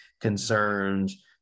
concerns